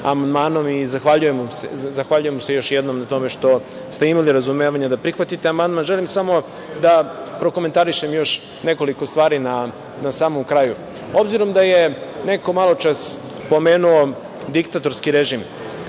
i zahvaljujem se još jednom na tome što ste imali razumevanja da prihvatite amandman. Želim samo da prokomentarišem još nekoliko stvari na samom kraju. Obzirom da je neko maločas pomenuo diktatorski režim,